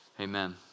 Amen